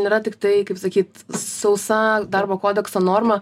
yra tiktai kaip sakyt sausa darbo kodekso norma